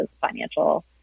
financial